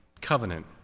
covenant